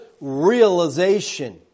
realization